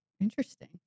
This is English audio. Interesting